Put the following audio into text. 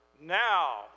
now